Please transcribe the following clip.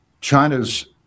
China's